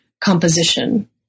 composition